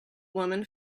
woman